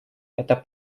это